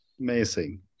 Amazing